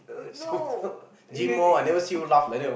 uh no you